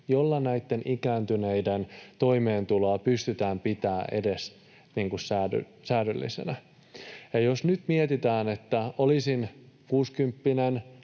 joilla ikääntyneiden toimeentulo pystytään pitämään edes säädyllisenä. Jos nyt mietitään, että olisin